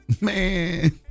Man